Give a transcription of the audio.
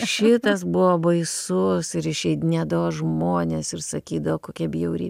šitas buvo baisus ir išeidinėdavo žmonės ir sakydavo kokia bjauri